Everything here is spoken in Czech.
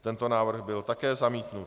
Tento návrh byl také zamítnut.